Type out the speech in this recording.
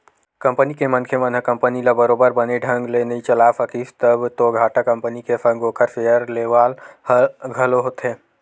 company के मनखे मन ह कंपनी ल बरोबर बने ढंग ले नइ चलाय सकिस तब तो घाटा कंपनी के संग ओखर सेयर लेवाल ल घलो होथे